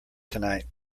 tonight